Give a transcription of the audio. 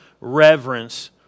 reverence